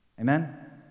Amen